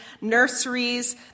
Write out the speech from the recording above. nurseries